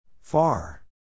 Far